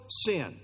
sin